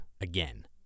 again